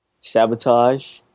sabotage